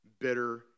bitter